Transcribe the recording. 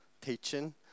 teaching